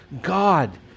God